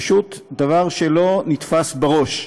פשוט, דבר שלא נתפס בראש,